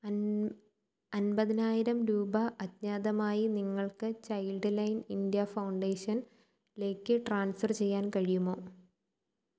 അൻ അൻപതിനായിരം രൂപ അജ്ഞാതമായി നിങ്ങൾക്ക് ചൈൽഡ് ലൈൻ ഇന്ത്യ ഫൗണ്ടേഷനിലേക്ക് ട്രാൻസ്ഫർ ചെയ്യാൻ കഴിയുമോ